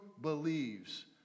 believes